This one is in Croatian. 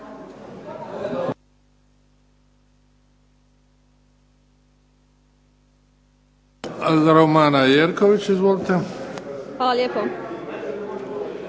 Hvala lijepo.